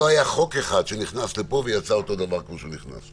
לא היה חוק אחד שנכנס לפה ויצא אותו דבר כמו שהוא נכנס.